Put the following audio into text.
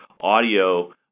audio